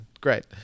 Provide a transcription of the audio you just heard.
Great